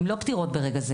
הן לא פתירות ברגע זה